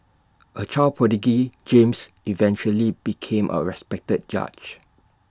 A child prodigy James eventually became A respected judge